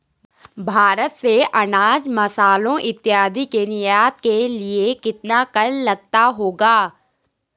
भारत से अनाज, मसालों इत्यादि के निर्यात के लिए कितना कर लगता होगा?